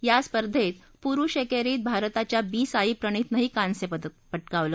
या स्पर्धेत पुरुष किशींत भारताच्या बी साई प्रणिथनंही कांस्य पदक पटकावलं